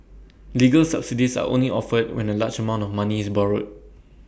legal subsidies are only offered when A large amount of money is borrowed